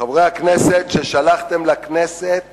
חברי הכנסת ששלחתם לכנסת